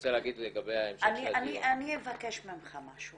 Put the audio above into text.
רוצה להגיד -- אני אבקש ממך משהו.